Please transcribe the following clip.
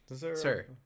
Sir